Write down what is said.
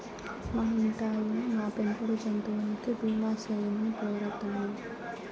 మా ఇంటాయినా, మా పెంపుడు జంతువులకి బీమా సేయమని పోరతన్నా